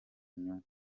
inyungu